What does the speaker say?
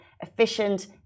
efficient